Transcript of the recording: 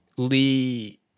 Lee